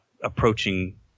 approaching